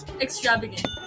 Extravagant